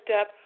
up